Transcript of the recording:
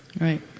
Right